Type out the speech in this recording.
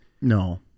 No